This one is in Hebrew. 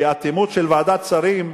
כי האטימות של ועדת שרים,